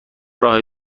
راه